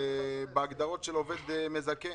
בהגדרות של עובד מזכה,